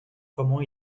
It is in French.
comment